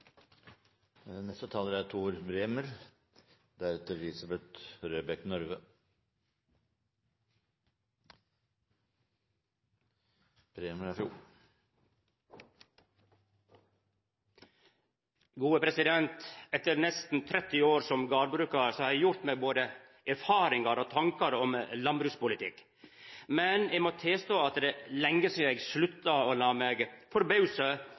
Etter nesten 30 år som gardbrukar har eg gjort meg både erfaringar og tankar om landbrukspolitikk. Men eg må tilstå at det er lenge sidan eg slutta å la meg